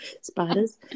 spiders